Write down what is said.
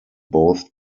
both